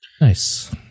Nice